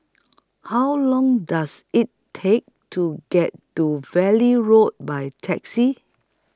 How Long Does IT Take to get to Valley Road By Taxi